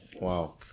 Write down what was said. wow